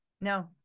No